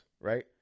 right